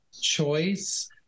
choice